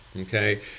Okay